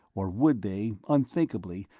or would they, unthinkably,